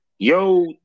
Yo